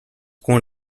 born